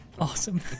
Awesome